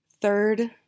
third